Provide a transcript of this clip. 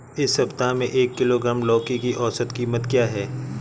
इस सप्ताह में एक किलोग्राम लौकी की औसत कीमत क्या है?